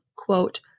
quote